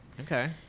Okay